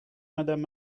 madame